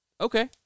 Okay